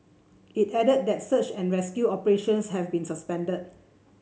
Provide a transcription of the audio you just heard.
it added that search and rescue operations have been suspended